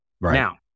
Now